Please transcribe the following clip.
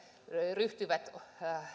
ryhtyivät